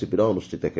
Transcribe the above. ଶିବିର ଅନୁଷିତ ହେବ